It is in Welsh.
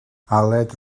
aled